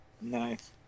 Nice